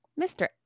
Mr